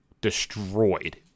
destroyed